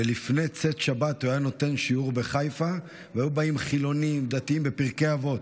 ולפני צאת שבת הוא היה נותן שיעור בחיפה בפרקי אבות,